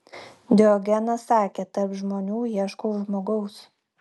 diogenas sakė tarp žmonių ieškau žmogaus